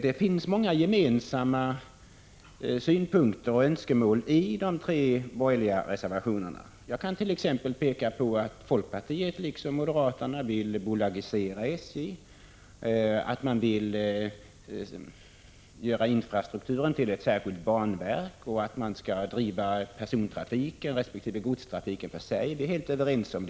Det finns många gemensamma synpunkter och önskemål i de tre borgerliga reservationerna om järnvägspolitikens inriktning. Jag kan t.ex. peka på att folkpartiet liksom moderaterna vill bolagisera SJ, vill göra infrastrukturen till ett särskilt banverk och anser att persontrafik resp. godstrafik skall drivas helt åtskilda — det är vi helt överens om.